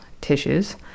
tissues